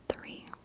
Three